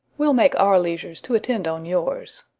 we'll make our leisures to attend on yours.